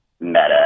meta